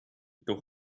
but